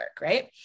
right